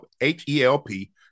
H-E-L-P